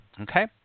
Okay